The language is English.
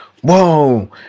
Whoa